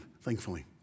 thankfully